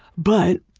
but,